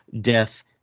death